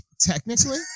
Technically